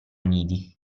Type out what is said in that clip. nidi